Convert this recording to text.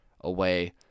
away